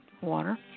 water